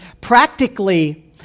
Practically